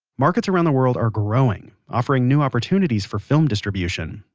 markets around the world are growing, offering new opportunities for film distribution.